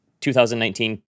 2019